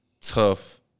tough